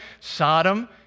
Sodom